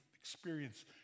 experience